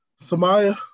Samaya